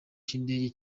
cy’indege